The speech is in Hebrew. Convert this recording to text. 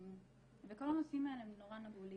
וכל הנושאים האלה נורא נגעו לי